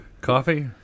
Coffee